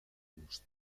gust